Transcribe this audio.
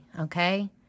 okay